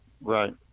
Right